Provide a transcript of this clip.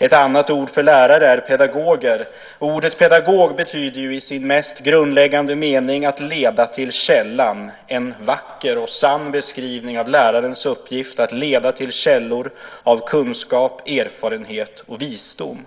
Ett annat ord för lärare är pedagoger. Ordet pedagog betyder i sin mest grundläggande mening att leda till källan - en vacker och sann beskrivning av lärarens uppgift, att leda till källor av kunskap, erfarenhet och visdom.